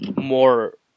more